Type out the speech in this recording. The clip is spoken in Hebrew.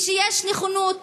ושיש נכונות,